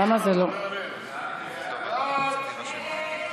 בעד, 30,